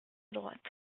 droite